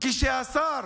כשהשר